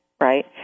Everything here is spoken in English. right